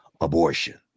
abortion